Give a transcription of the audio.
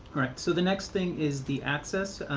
right. so the next thing is the access.